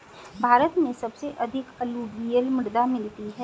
भारत में सबसे अधिक अलूवियल मृदा मिलती है